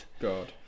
God